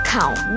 Count